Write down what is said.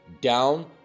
Down